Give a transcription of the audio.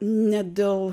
ne dėl